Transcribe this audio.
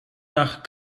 nach